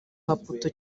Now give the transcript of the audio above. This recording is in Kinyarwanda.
maputo